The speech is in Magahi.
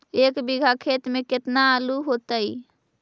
एक बिघा खेत में केतना आलू होतई?